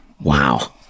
Wow